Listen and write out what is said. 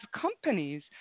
companies